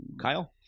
kyle